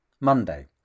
Monday